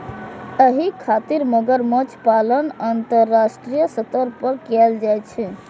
एहि खातिर मगरमच्छ पालन अंतरराष्ट्रीय स्तर पर कैल जाइ छै